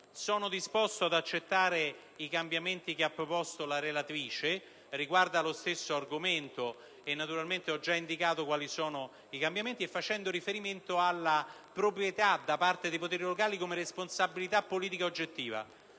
sono disposto ad accettare i cambiamenti proposti dalla relatrice: riguarda lo stesso argomento e naturalmente ho già indicato quali sono i cambiamenti, facendo riferimento alla proprietà da parte degli enti locali come responsabilità politica oggettiva.